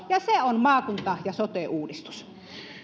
ja se on maakunta ja sote uudistus